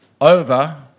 over